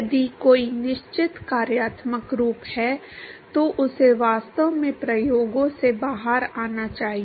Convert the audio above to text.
यदि कोई निश्चित कार्यात्मक रूप है तो उसे वास्तव में प्रयोगों से बाहर आना चाहिए